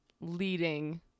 leading